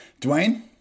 Dwayne